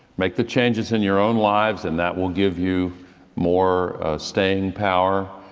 make the changes in your own lives, and that will give you more staying power,